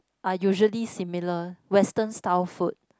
are usually similar western style food